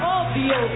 obvio